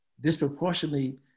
disproportionately